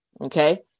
Okay